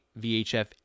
VHF